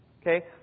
okay